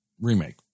remake